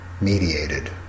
mediated